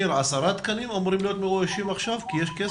עכשיו אמורים להיות מאוישים 10 תקנים כי יש כסף?